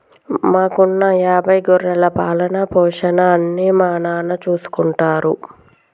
మాకున్న యాభై గొర్రెల పాలన, పోషణ అన్నీ మా నాన్న చూసుకుంటారు